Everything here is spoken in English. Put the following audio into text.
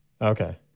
Okay